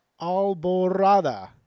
alborada